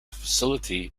facility